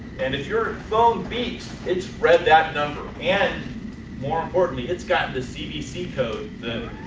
and if your phone beeps, its read that number and more importantly, it's got the cvc code